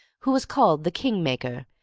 who was called the kingmaker,